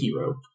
rope